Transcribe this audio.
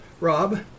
Rob